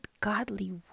godly